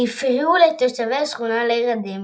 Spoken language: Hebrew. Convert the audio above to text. שהפריעו לתושבי השכונה להרדם